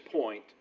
point